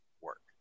work